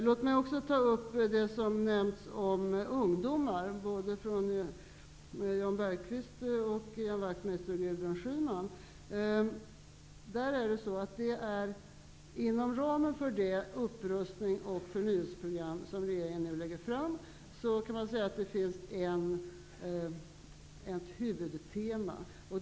Låt mig också ta upp de saker som Jan Bergqvist, Ian Wachtmeister och Gudrun Schyman nämnde om ungdomar. Inom ramen för det upprustningsoch förnyelseprogram som regeringen nu lägger fram finns det ett huvudtema.